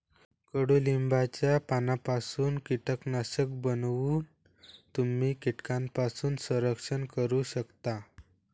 कडुलिंबाच्या पानांपासून कीटकनाशक बनवून तुम्ही कीटकांपासून संरक्षण करू शकता